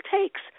takes